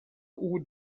would